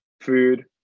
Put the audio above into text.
food